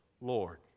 Lord